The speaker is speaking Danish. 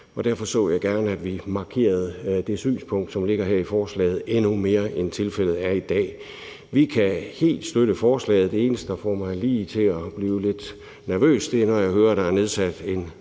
derfor så jeg gerne, at vi markerede det synspunkt, som ligger her i forslaget, endnu mere, end tilfældet er i dag. Vi kan helt støtte forslaget. Det eneste, der får mig lige til at blive lidt nervøs, er, når jeg hører, at der er nedsat en